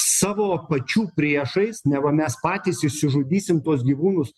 savo pačių priešais neva mes patys išsižudysim tuos gyvūnus